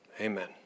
Amen